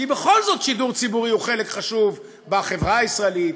כי בכל זאת שידור ציבורי הוא חלק חשוב בחברה הישראלית,